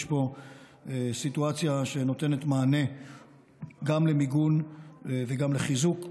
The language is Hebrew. יש פה סיטואציה שנותנת מענה גם למיגון וגם לחיזוק המבנה.